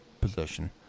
position